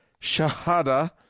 Shahada